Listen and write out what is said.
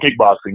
kickboxing